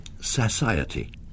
Society